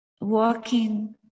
walking